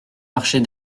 marcher